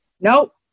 Nope